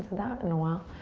that in a while.